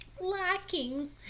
lacking